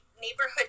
neighborhood